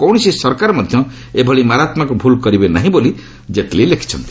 କୌଣସି ସରକାର ମଧ୍ୟ ଏଭଳି ମାରାତ୍ମକ ଭୁଲ୍ କରିବେ ନାହିଁ ବୋଲି ଜେଟ୍ଲି ଲେଖିଛନ୍ତି